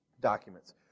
documents